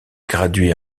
graduée